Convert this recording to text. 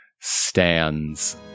stands